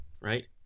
right